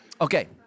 okay